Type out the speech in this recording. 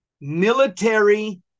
military